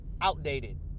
outdated